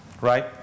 right